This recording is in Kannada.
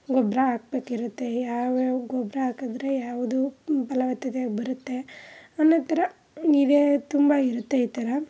ಗೊಬ್ಬರ ಹಾಕ್ಬೇಕಿರುತ್ತೆ ಯಾವ್ಯಾವ ಗೊಬ್ಬರ ಹಾಕುದ್ರೆ ಯಾವುದು ಫಲವತ್ತತೆ ಬರುತ್ತೆ ಆ ನಂತರ ಇವೇ ತುಂಬ ಇರುತ್ತೆ ಈ ಥರ